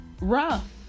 rough